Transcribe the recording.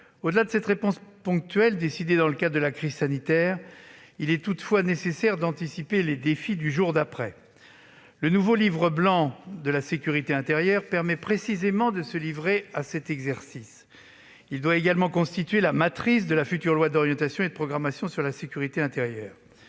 Au-delà de cette réponse ponctuelle, décidée dans le cadre de la crise sanitaire, il est toutefois nécessaire d'anticiper les défis du jour d'après. Le nouveau Livre blanc de la sécurité intérieure permet précisément de se livrer à cet exercice. Il doit également constituer la matrice d'une future loi d'orientation et de programmation pour la sécurité intérieure